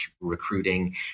recruiting